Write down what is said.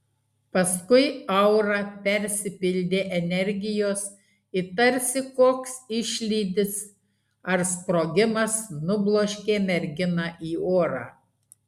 paskui aura persipildė energijos ir tarsi koks išlydis ar sprogimas nubloškė merginą į orą